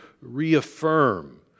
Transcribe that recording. reaffirm